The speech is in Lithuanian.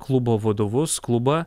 klubo vadovus klubą